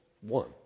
one